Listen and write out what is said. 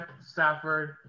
Stafford